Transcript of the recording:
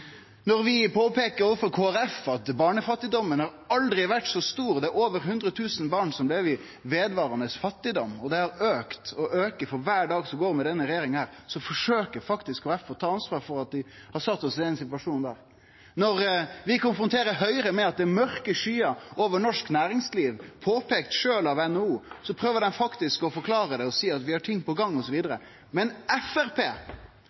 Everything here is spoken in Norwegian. Når vi påpeiker overfor Kristeleg Folkeparti at barnefattigdomen aldri har vore så stor, at det er over 100 000 born som lever i vedvarande fattigdom, og at det har auka og aukar for kvar dag som går med denne regjeringa, så forsøkjer faktisk Kristeleg Folkeparti å ta ansvar for å ha sett oss i denne situasjonen. Når vi konfronterer Høgre med at det er mørke skyer over norsk næringsliv – påpeikt av NHO – prøver dei faktisk å forklare det og seie at dei har ting på gang